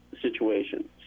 situation